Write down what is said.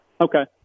Okay